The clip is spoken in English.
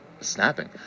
Snapping